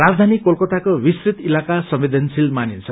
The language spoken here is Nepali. राजधानी कोलकाताको विस्तृत इलाका संवेदनशील मानिन्छ